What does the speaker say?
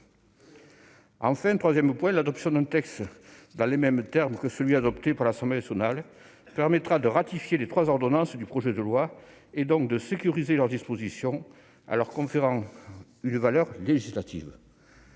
Enfin, troisième point, l'adoption d'un texte dans les mêmes termes que celui adopté par l'Assemblée nationale permettra de ratifier les trois ordonnances du projet de loi, et donc de sécuriser leurs dispositions en leur conférant une valeur législative.